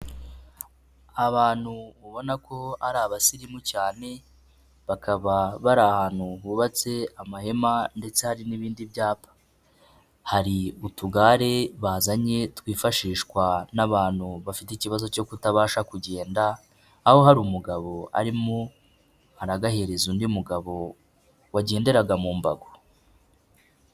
Abantu ubona ko ari abasirimu cyane, bakaba bari ahantu hubatse amahema ndetse hari n'ibindi byapa, hari utugare bazanye twifashishwa n'abantu bafite ikibazo cyo kutabasha kugenda, aho hari umugabo arimo aragahereza undi mugabo wagenderaga mu mbago.